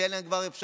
כבר אין להם אפשרות,